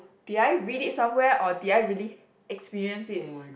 did I read it somewhere or did I really experienced it